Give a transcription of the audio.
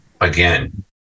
again